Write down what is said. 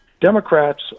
Democrats